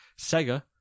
Sega